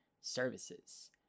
services